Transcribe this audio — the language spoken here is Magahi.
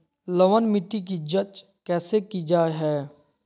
लवन मिट्टी की जच कैसे की जय है?